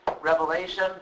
revelation